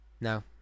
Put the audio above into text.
No